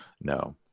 no